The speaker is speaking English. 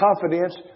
confidence